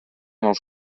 els